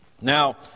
Now